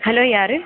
hello யாரு